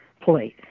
place